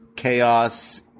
chaos